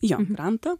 jo grantą